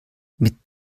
mit